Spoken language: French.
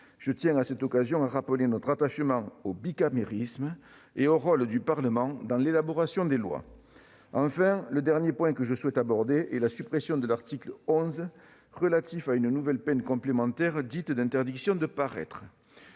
Je tiens, à cette occasion, à rappeler notre attachement au bicamérisme et au rôle du Parlement dans l'élaboration des lois. Enfin, le dernier point que je souhaite aborder est la suppression de l'article 11 relatif à une nouvelle peine complémentaire, dite d'interdiction de paraître.